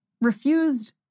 refused